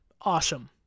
awesome